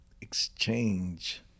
exchange